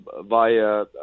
via